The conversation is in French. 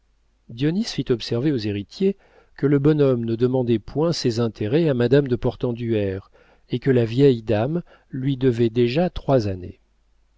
fit observer aux héritiers que le bonhomme ne demandait point ses intérêts à madame de portenduère et que la vieille dame lui devait déjà trois années